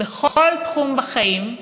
בכל תחום בחיים,